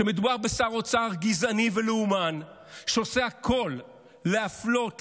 מדובר בשר אוצר גזעני ולאומן שעושה הכול להפלות,